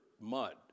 mud